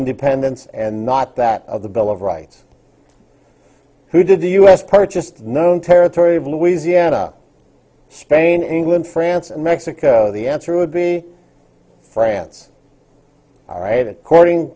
independence and not that of the bill of rights who did the u s purchased known territory of louisiana spain england france and mexico the answer would be france all right at courting